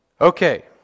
Okay